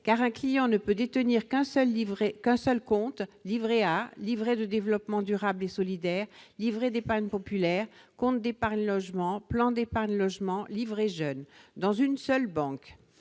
car un client ne peut détenir qu'un seul compte- livret A, livret de développement durable et solidaire, livret d'épargne populaire, compte d'épargne logement, plan d'épargne logement et livret jeune-dans une seule banque.